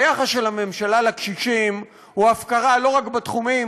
היחס של הממשלה לקשישים הוא הפקרה לא רק בתחומים